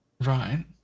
Right